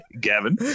Gavin